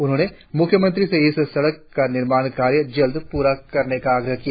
उन्होंने मुख्यमंत्री से इस सड़क का निर्माण कार्य जल्द पूरा करने का आग्रह किया